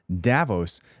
Davos